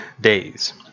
days